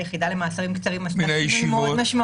היחידה למאסרים קצרים --- מאוד משמעותי,